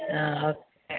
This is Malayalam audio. ആ ഓക്കെ